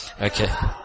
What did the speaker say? Okay